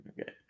Okay